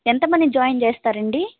ఎంత మందిని జాయిన్ చేస్తారండి